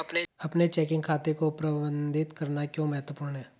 अपने चेकिंग खाते को प्रबंधित करना क्यों महत्वपूर्ण है?